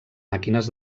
màquines